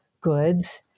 goods